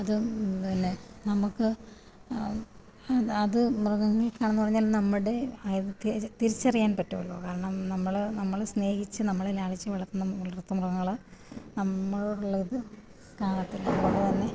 അത് പിന്നെ നമുക്ക് അത് മൃഗങ്ങൾക്കാണെന്നു പറഞ്ഞാലും നമ്മുടെ തിരിച്ചറിയാൻ പറ്റുമല്ലോ കാരണം നമ്മള് നമ്മള് സ്നേഹിച്ച് നമ്മള് ലാളിച്ചു വളർത്തുന്ന വളർത്തു മൃഗങ്ങള് നമ്മളോടൊളള ഇത് കാണത്തില്ലേ അതുപോലെ തന്നെ